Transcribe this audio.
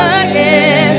again